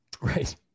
Right